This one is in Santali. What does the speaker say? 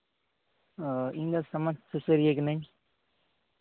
ᱚ ᱤᱧ ᱫᱚ ᱥᱚᱢᱟᱡᱽ ᱥᱩᱥᱟᱹᱨᱤᱭᱟᱹ ᱠᱟᱹᱱᱟᱹᱧ